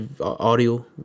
audio